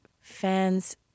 fans